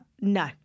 no